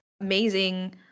amazing